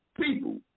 people